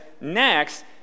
next